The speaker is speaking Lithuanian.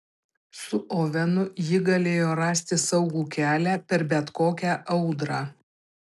su ovenu ji galėjo rasti saugų kelią per bet kokią audrą